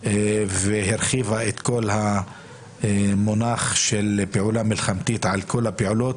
והרחיבה את כל המונח של פעולה מלחמתית על כל הפעולות,